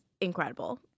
incredible